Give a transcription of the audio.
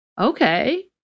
okay